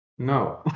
no